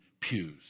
pews